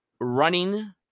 running